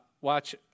watch